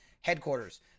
headquarters